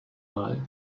mal